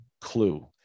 clue